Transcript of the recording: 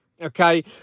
Okay